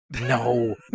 No